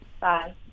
Bye